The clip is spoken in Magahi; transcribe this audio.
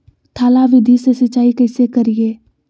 थाला विधि से सिंचाई कैसे करीये?